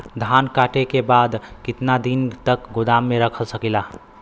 धान कांटेके बाद कितना दिन तक गोदाम में रख सकीला?